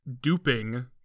duping